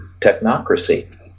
technocracy